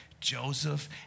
Joseph